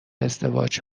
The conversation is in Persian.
ازدواج